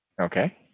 okay